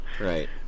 Right